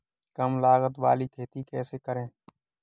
कम लागत वाली खेती कैसे करें?